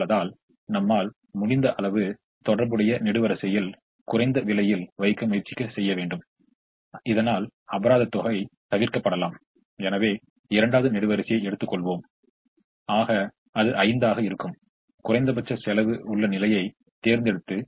எனவே இதை சமன்படுத்த θ வை இந்த கட்டத்தில் உள்ள நிலையில் பூர்த்தி செய்தால் அது 25 θ வாக ஆகிறது இது 5 θ வாக மாறும் இது 30 θ 10 θ மற்றும் 30 θ வாக மாறுகிறது